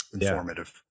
informative